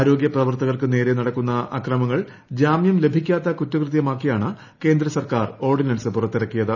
ആരോഗ്യ പ്രവർത്തകർക്കു നേരെ നടക്കുന്ന അക്രമങ്ങൾ ജാമ്യം ലഭിക്കാത്ത കുറ്റകൃത്യമാക്കിയാണ് കേന്ദ്ര സർക്കാർ ഓർഡിനൻസ് പുറത്തിറക്കിയത്